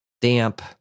damp